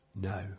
no